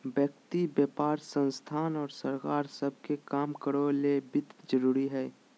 व्यक्ति व्यापार संस्थान और सरकार सब के काम करो ले वित्त जरूरी हइ